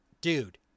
dude